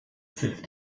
pfiff